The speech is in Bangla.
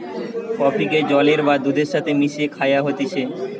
কফিকে জলের বা দুধের সাথে মিশিয়ে খায়া হতিছে